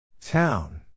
Town